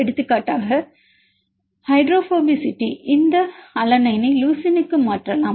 எடுத்துக்காட்டாக ஹைட்ரோபோபசிட்டி இந்த அலனைனை லுசினுக்கு மாற்றலாம்